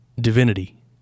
divinity